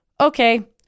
okay